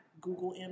Google